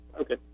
Okay